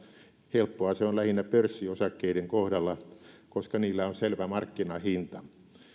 helppoa se on lähinnä pörssiosakkeiden kohdalla koska niillä on selvä markkinahinta